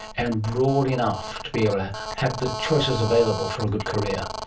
and broad enough to be able to have the choices available for a good career?